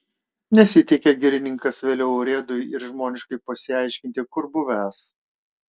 nesiteikė girininkas vėliau urėdui ir žmoniškai pasiaiškinti kur buvęs